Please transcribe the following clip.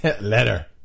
letter